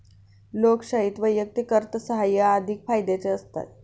लोकशाहीत वैयक्तिक अर्थसाहाय्य अधिक फायद्याचे असते